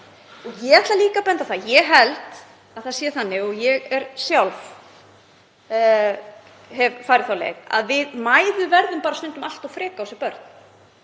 Ég ætla líka að benda á að ég held að það sé þannig, og ég hef sjálf farið þá leið, að við mæður verðum bara stundum allt of frekar á þessi börn